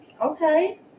okay